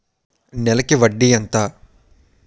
నెలకి వడ్డీ ఎంత?